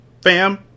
fam